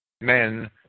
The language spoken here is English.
men